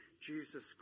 Jesus